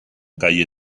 calle